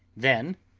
then,